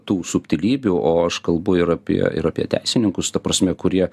tų subtilybių o aš kalbu ir apie ir apie teisininkus ta prasme kurie